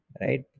right